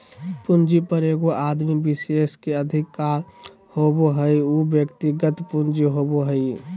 पूंजी पर एगो आदमी विशेष के अधिकार होबो हइ उ व्यक्तिगत पूंजी होबो हइ